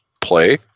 play